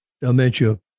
dementia